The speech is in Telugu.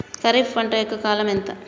ఖరీఫ్ పంట యొక్క కాలం ఎంత?